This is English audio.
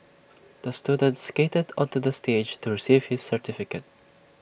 the student skated onto the stage to receive his certificate